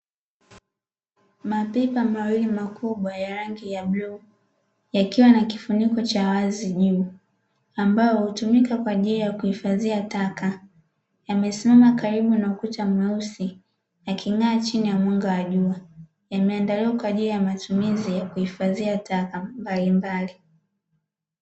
Mapipa mawili makubwa ya rangi ya bluu yakiwa na kifuniko cha wazi juu, ambayo hutumika kwa ajili ya kuhifadhia taka; yamesimama Karibu na ukuta mweusi yaking’aa chini ya mwanga wa jua yameandaliwa kwa ajili ya matumizi ya kuhifadhia taka mbalimbali.